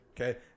Okay